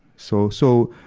so, so,